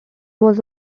was